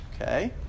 Okay